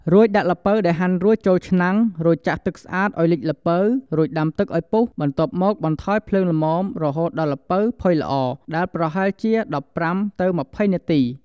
រួចដាក់ល្ពៅដែលហាន់រួចចូលឆ្នាំង រួចចាក់ទឹកស្អាតឲ្យលិចល្ពៅ រួចដាំឲ្យពុះ បន្ទាប់មកបន្ថយភ្លើងល្មម រហូតដល់ល្ពៅផុយល្អ ដែលប្រហែលជា ១៥-២០ នាទី។